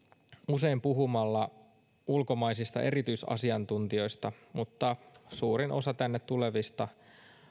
usein puhumalla ulkomaisista erityisasiantuntijoista mutta suurin osa tänne tulevista